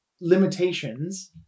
limitations